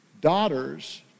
daughters